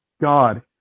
God